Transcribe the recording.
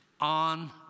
on